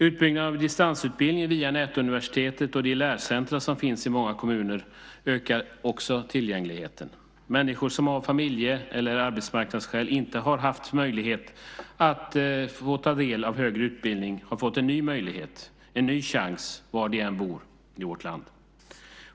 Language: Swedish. Utbyggnaden av distansutbildning via Näluniversitetet och de lärcentrum som finns i många kommuner ökar också tillgängligheten. Människor som av familje eller arbetsmarknadsskäl inte har haft möjlighet att ta del av högre utbildning har fått en ny möjlighet, en ny chans var de än bor i vårt land.